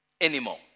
anymore